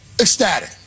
ecstatic